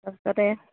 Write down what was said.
তাৰ পিছতে